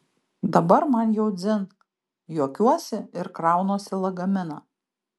dabar man jau dzin juokiuosi ir kraunuosi lagaminą